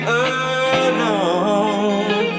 alone